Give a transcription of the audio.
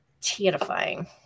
Terrifying